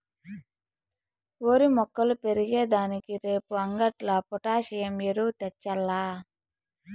ఓరి మొక్కలు పెరిగే దానికి రేపు అంగట్లో పొటాసియం ఎరువు తెచ్చాల్ల